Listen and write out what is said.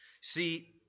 See